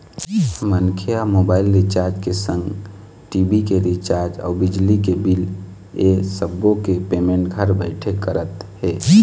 मनखे ह mobile recharge के संग टी.भी के रिचार्ज अउ बिजली के बिल ऐ सब्बो के पेमेंट घर बइठे करत हे